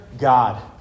God